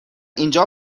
اینجا